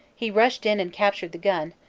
he rushed in and captured the gun,